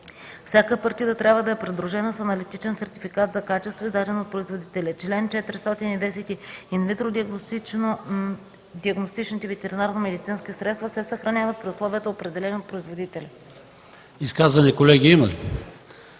Всяка партида трябва да е придружена с аналитичен сертификат за качество, издаден от производителя. Чл. 410и. Инвитро диагностичните ветеринарномедицински средства се съхраняват при условията, определени от производителя.” ПРЕДСЕДАТЕЛ